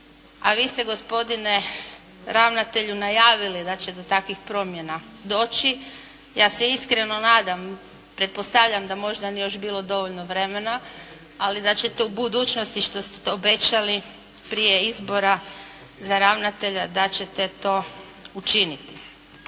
a vi ste gospodine ravnatelju najavili da će do takvih promjena doći. Ja se iskreno nadam, pretpostavljam da možda nije još bilo dovoljno vremena, ali da ćete u budućnosti što ste obećali prije izbora za ravnatelja, da ćete to učiniti.